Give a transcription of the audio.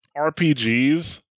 RPGs